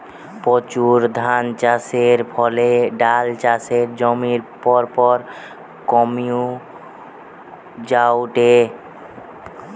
প্রচুর ধানচাষের ফলে ডাল চাষের জমি পরপর কমি জায়ঠে